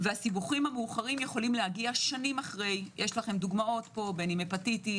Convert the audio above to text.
והסיבוכים האחרים יכולים להגיע שנים אחרי יש לכם דוגמאות - חצבת,